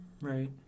Right